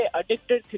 addicted